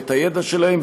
את הידע שלהם,